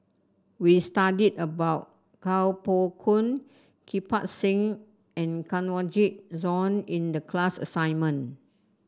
we studied about Kuo Pao Kun Kirpal Singh and Kanwaljit Soin in the class assignment